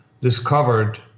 discovered